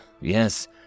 yes